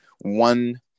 one